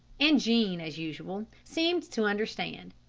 and jean as usual seemed to understand.